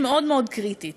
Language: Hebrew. היא מאוד מאוד קריטית.